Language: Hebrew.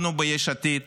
אנחנו ביש עתיד